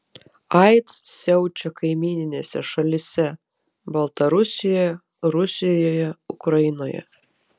aids siaučia kaimyninėse šalyse baltarusijoje rusijoje ukrainoje